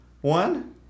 one